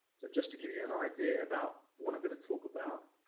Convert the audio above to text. so just give you an idea about what i'm going to talk about.